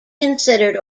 considered